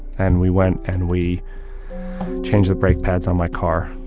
and we went and we changed the brake pads on my car,